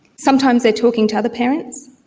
sometimes they are talking to other parents,